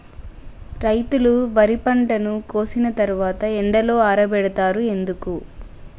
రైతులు వరి పంటను కోసిన తర్వాత ఎండలో ఆరబెడుతరు ఎందుకు?